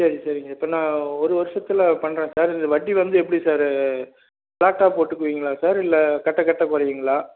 சரி சரிங்க இப்போ நான் ஒரு வருஷத்துல பண்ணுறேன் சார் இது வட்டி வந்து எப்படி சார் ஃப்ளாட்டாக போட்டுக்குவீங்களா சார் இல்லை கட்ட கட்ட போடுவீங்களா